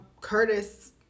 Curtis